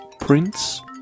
Prince